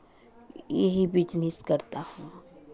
यही बिजनेस करता हूँ